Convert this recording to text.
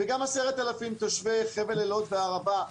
וגם 10,000 תושבי חבל אילות והערבה.